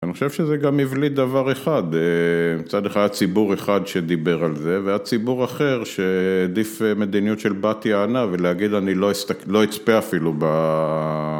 אני חושב שזה גם מבליט דבר אחד. מצד אחד ציבור אחד שדיבר על זה והיה ציבור אחר שהעדיף מדיניות של בת יענה ולהגיד אני לא אסתכל... אני לא אצפה אפילו ב...